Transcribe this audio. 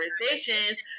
conversations